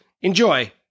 Enjoy